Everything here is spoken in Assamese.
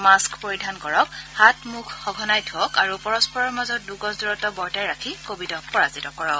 মাস্ক পৰিধান কৰক হাত ধোৱক আৰু পৰস্পৰৰ মাজত দুগজ দূৰত্ব বৰ্তাই ৰাখি কোভিডক পৰাজিত কৰক